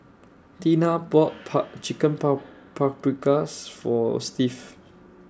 Tina bought POP Chicken POP Paprikas For Steve